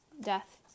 Death